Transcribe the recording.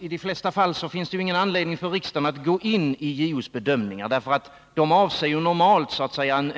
I de flesta fall finns det naturligtvis ingen anledning för riksdagen att gå in i JO:s bedömningar, eftersom de normalt avser så att säga